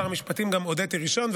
לשר המשפטים הודיתי ראשון,